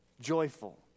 Joyful